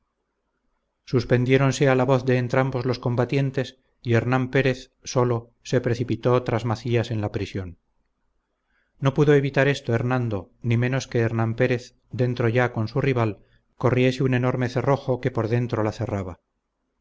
suspendiéronse a la voz de entrambos los combatientes y hernán pérez solo se precipitó tras macías en la prisión no pudo evitar esto hernando ni menos que hernán pérez dentro ya con su rival corriese un enorme cerrojo que por dentro la cerraba